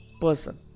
person